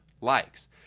likes